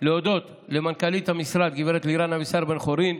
להודות למנכ"לית המשרד גב' לירן אבישר בן-חורין,